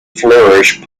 flourished